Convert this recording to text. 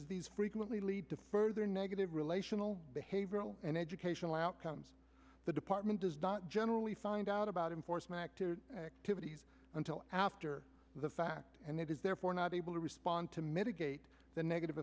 as these frequently lead to further negative relational behavioral and educational outcomes the department does not generally find out about him for smack to activity until after the fact and is therefore not able to respond to mitigate the negative